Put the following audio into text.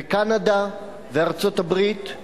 קנדה וארצות-הברית,